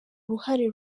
uruhare